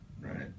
Right